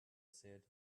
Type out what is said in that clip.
said